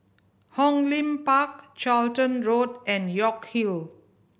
Hong Lim Park Charlton Road and York Hill